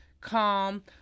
calm